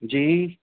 जी